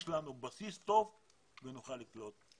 יש לנו בסיס טוב ונוכל לקלוט אותם.